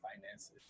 finances